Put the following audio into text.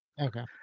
Okay